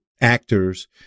actors